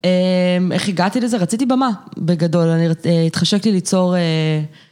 איך הגעתי לזה? רציתי במה, בגדול, התחשק לי ליצור...